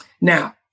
Now